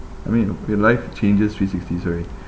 I mean your life changes three sixty sorry